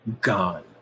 gone